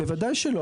בוודאי שלא.